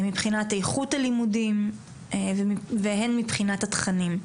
מבחינת איכות הלימודים, והן מבחינת התכנים.